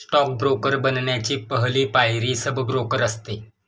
stock broker बनण्याची पहली पायरी सब ब्रोकर असते